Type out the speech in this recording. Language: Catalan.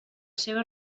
seva